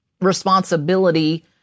responsibility